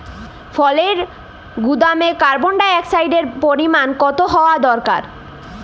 ফলের গুদামে কার্বন ডাই অক্সাইডের পরিমাণ কত হওয়া দরকার?